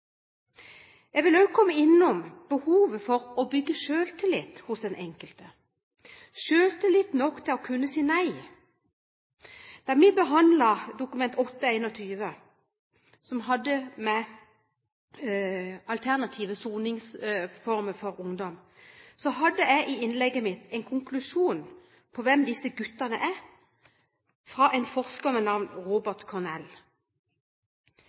Jeg vil også komme innom behovet for å bygge selvtillit hos den enkelte – selvtillit nok til å kunne si nei! Da vi behandlet Dokument nr. 8:21 om alternative soningsformer for ungdom, hadde jeg i innlegget mitt med en konklusjon på hvem disse guttene er, fra en forsker ved navn